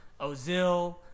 Ozil